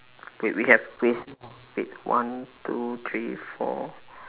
wait we have wait wait one two three four